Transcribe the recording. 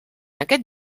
aquest